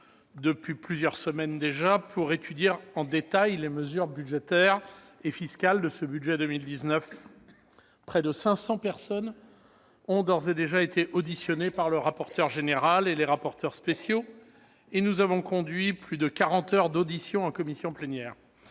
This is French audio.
depuis plusieurs semaines déjà pour étudier en détail les mesures budgétaires et fiscales de ce budget 2019. Près de cinq cents personnes ont d'ores et déjà été auditionnées par le rapporteur général et les rapporteurs spéciaux, et nous avons conduit plus de quarante heures d'auditions en commission plénière.